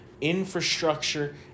infrastructure